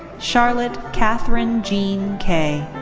charlotte catherine jeanne kaye.